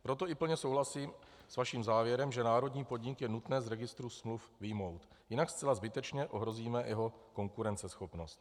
Proto i plně souhlasím s vaším závěrem, že národní podnik je nutné z registru smluv vyjmout, jinak zcela zbytečně ohrozíme jeho konkurenceschopnost.